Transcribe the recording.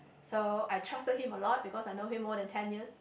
so I trusted him a lot because I know him more than ten years